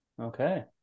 okay